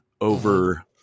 over